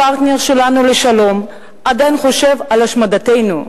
הפרטנר שלנו לשלום עדיין חושב על השמדתנו,